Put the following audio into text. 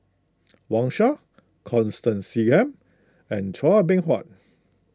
Wang Sha Constance Singam and Chua Beng Huat